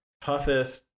toughest